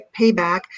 payback